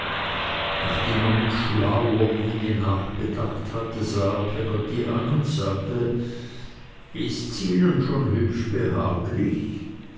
nachdem er mit schlauer miene nachgedacht hatte sah er peggotty an und sagte ists ihnen schon hübsch behaglich